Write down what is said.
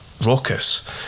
raucous